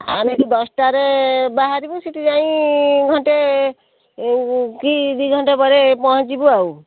ଆମେ ଏଠୁ ଦଶଟାରେ ବାହାରିବୁ ସେଠି ଯାଇ ଘଣ୍ଟେ କି ଦୁଇ ଘଣ୍ଟା ପରେ ପହଞ୍ଚିବୁ ଆଉ